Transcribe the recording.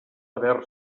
haver